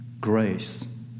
grace